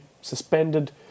suspended